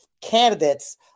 candidates